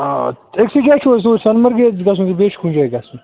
آ أکۍسی جایہِ چھُ حظ توٗرۍ سۄنمَرگہِ گژھُن کِنہٕ بیٚیہِ چھُ کُنہِ جایہِ گژھُن